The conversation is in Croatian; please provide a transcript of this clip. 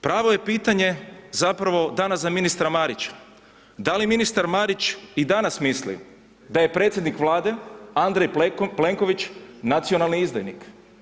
Pravo je pitanje, zapravo, danas za ministra Marića, da li ministar Marić i danas misli da je predsjednik Vlade Andrej Plenković, nacionalni izdajnik?